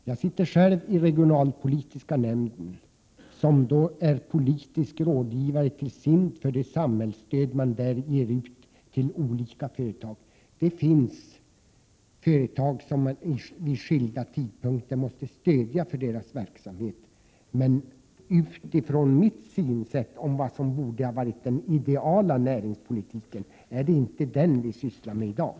Jag sitter själv i den regionalpolitiska nämnden, som är politisk rådgivare till SIND när det gäller det samhällsstöd som man där ger ut till olika företag. Det finns företag som man vid skilda tidpunkter måste stödja i deras verksamhet. Men utifrån mitt synsätt om vad som borde vara den ideala näringspolitiken, så är det inte den vi talar om i dag.